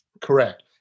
Correct